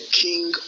king